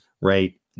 right